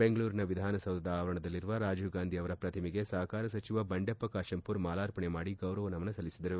ಬೆಂಗಳೂರಿನ ವಿಧಾನಸೌಧದ ಆವರಣದಲ್ಲಿರುವ ರಾಜೀವ್ಗಾಂಧಿ ಅವರ ಪ್ರತಿಮೆಗೆ ಸಹಕಾರ ಸಚಿವ ಬಂಡೆಪ್ಪ ಕಾಶೆಂಪುರ್ ಮಾಲಾರ್ಪಣೆ ಮಾಡಿ ಗೌರವ ಸಲ್ಲಿಸಿದರು